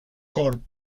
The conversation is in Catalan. corb